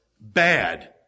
bad